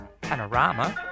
panorama